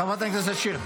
חברת הכנסת שיר.